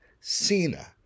Cena